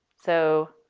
so,